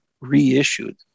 reissued